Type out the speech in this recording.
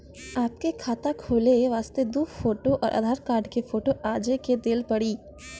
आपके खाते खोले वास्ते दु फोटो और आधार कार्ड के फोटो आजे के देल पड़ी?